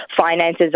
finances